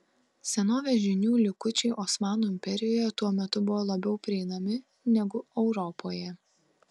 senovės žinių likučiai osmanų imperijoje tuo metu buvo labiau prieinami negu europoje